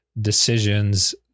decisions